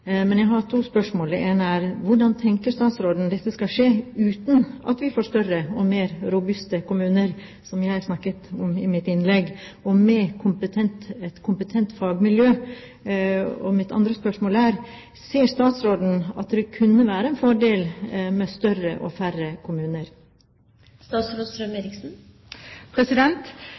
Men jeg har to spørsmål – det ene er: Hvordan tenker statsråden dette skal skje uten at vi får større og mer «robuste» kommuner, som jeg snakket om i mitt innlegg, og med et kompetent fagmiljø? Mitt andre spørsmål er: Ser statsråden at det kunne være en fordel med større og færre